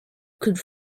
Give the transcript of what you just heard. could